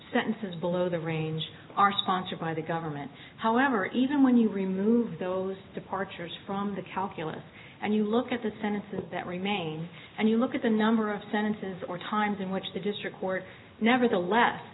sentences below the range are sponsored by the government however even when you remove those departures from the calculus and you look at the sentences that remain and you look at the number of sentences or times in which the district court nevertheless